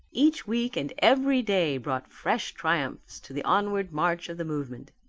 each week and every day brought fresh triumphs to the onward march of the movement.